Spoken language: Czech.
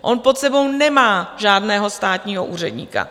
On pod sebou nemá žádného státního úředníka.